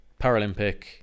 Paralympic